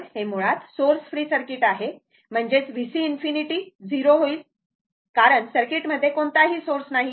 तर हे मुळात सोर्स फ्री सर्किट आहे म्हणजेच Vc∞ 0 होईल कारण सर्किटमध्ये कोणताही सोर्स नाही